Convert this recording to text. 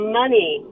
money